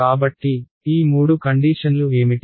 కాబట్టి ఈ మూడు కండీషన్లు ఏమిటి